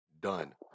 done